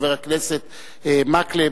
חבר הכנסת מקלב,